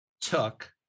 took